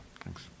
thanks